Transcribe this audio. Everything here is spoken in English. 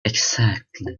exactly